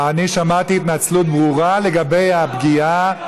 אני שמעתי התנצלות ברורה לגבי הפגיעה,